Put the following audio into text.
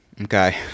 Okay